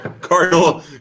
Cardinal